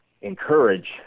encourage